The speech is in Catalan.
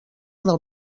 del